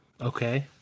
Okay